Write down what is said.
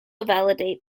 validate